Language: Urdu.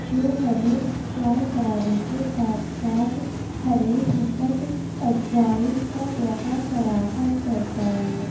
جو ہمیں انجوئے کرانے کے ساتھ ساتھ ہمیں ہمت افزائی کا موقع فراہم کرتا ہے